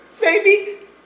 Baby